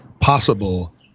possible